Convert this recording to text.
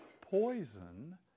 poison